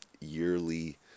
yearly